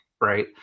right